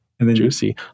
Juicy